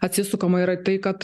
atsisukama yra į tai kad